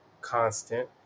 constant